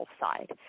side